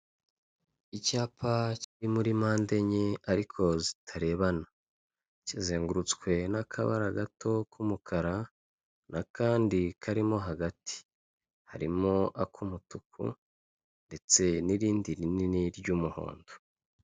Icyapa kiri muri mpandenye ariko zitarebana, kizengurutswe n'akabara gato k'umukara n'akandi karimo hagati, harimo ak'umutuku ndetse n'irindi rinini ry'umuhondo.